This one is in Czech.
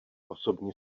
osobní